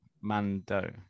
mando